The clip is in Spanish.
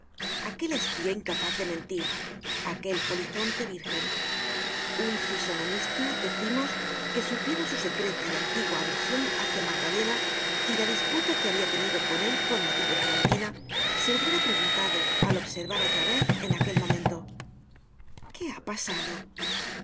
escuadra aquel espía incapaz de mentir aquel polizonte virgen un fisonomista decimos que supiera su secreta y antigua aversion hácia magdalena y la disputa que habia tenido con él con motivo de fantina se hubiera preguntado al observar á javert en aquel momento qué ha pasado